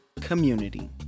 community